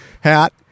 hat